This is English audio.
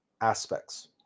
aspects